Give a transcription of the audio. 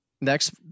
Next